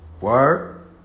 Word